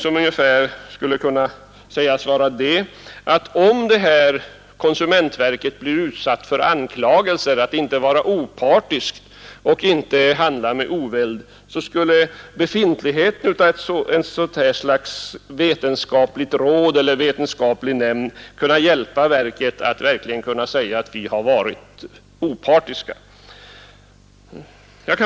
Om konsumentverket blir utsatt för anklagelser för att inte vara opartiskt och inte handla med oväld, säger motionärerna ungefärligen, skulle befintligheten av ett sådant vetenskapligt råd kunna hjälpa verket att verkligen hävda att man varit opartisk.